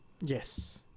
Yes